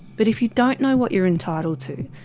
but if you don't know what you're entitled to,